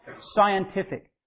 scientific